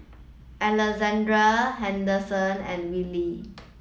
Alexzander Henderson and Wilkie